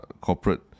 corporate